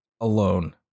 alone